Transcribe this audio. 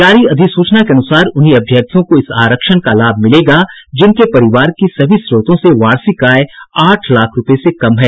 जारी अधिसूचना के अनुसार उन्हीं अभ्यर्थियों को इस आरक्षण का लाभ मिलेगा जिनके परिवार की सभी स्रोतों से वार्षिक आय आठ लाख रूपये से कम है